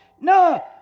No